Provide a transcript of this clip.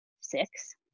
six